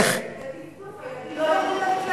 בטפטוף הילדים לא יורדים למקלטים?